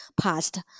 past